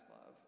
love